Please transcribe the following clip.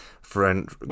friend